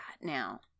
now